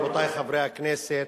רבותי חברי הכנסת,